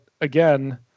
again